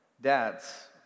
Dads